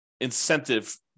incentive